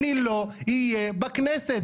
אני לא אהיה בכנסת.